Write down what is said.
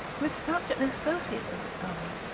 with such an associate of its own,